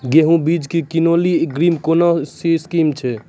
गेहूँ बीज की किनैली अग्रिम कोनो नया स्कीम छ?